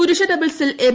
പുരുഷ ഡബിൾസിൽ എം